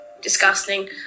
Disgusting